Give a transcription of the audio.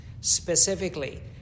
specifically